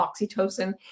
oxytocin